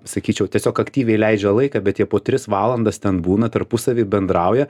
sakyčiau tiesiog aktyviai leidžia laiką bet jie po tris valandas ten būna tarpusavy bendrauja